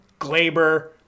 Glaber